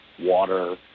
water